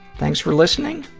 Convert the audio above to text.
thanks for listening?